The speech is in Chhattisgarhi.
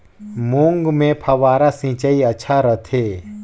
मूंग मे फव्वारा सिंचाई अच्छा रथे?